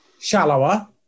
shallower